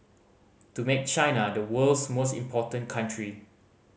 to make China the world's most important country